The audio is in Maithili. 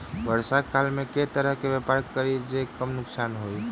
वर्षा काल मे केँ तरहक व्यापार करि जे कम नुकसान होइ?